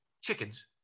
chickens